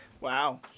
Wow